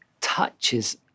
touches